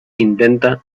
intenta